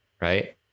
Right